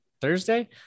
Thursday